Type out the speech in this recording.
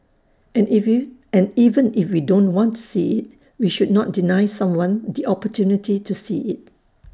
and and even if we don't want to see IT we should not deny someone the opportunity to see IT